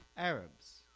arabs,